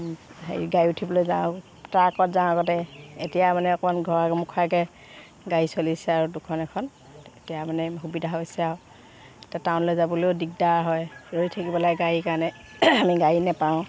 হেৰি গাড়ীত উঠিবলৈ যাওঁ ট্ৰাকত যাওঁ আগতে এতিয়া মানে অকণমান ঘৰৰ মুখৰ আগতে গাড়ী চলিছে আৰু দুখন এখন এতিয়া মানে সুবিধা হৈছে আৰু এতিয়া টাউনলে যাবলৈও দিগদাৰ হয় ৰৈ থাকিব লাগে গাড়ীৰ কাৰণে আমি গাড়ী নেপাওঁ